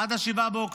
עד 7 באוקטובר,